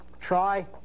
Try